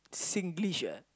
Singlish ah